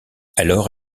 alors